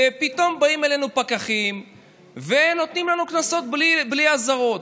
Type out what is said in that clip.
ופתאום באים אלינו פקחים ונותנים לנו קנסות בלי אזהרות.